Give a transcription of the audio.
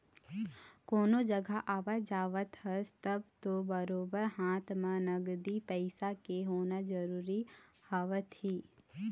कोनो जघा आवत जावत हस तब तो बरोबर हाथ म नगदी पइसा के होना जरुरी हवय ही